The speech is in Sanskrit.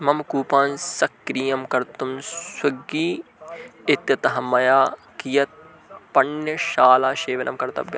मम कूपान् सक्रियं कर्तुं स्विग्गी इत्यतः मया कियत् पण्यशालासेवनं कर्तव्यम्